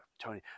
Tony